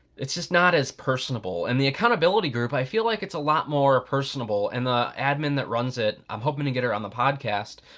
it's just not as personable. and the accountability group, i feel like it's a lot more personable, and the admin that runs it, i'm hoping to get her on the podcast,